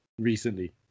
recently